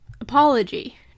Apology